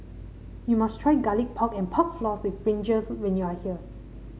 you must try Garlic Pork and Pork Floss with brinjal when you are here